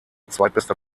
zweitbester